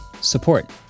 support